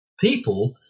people